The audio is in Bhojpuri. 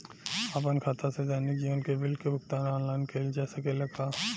आपन खाता से दैनिक जीवन के बिल के भुगतान आनलाइन कइल जा सकेला का?